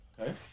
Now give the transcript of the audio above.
Okay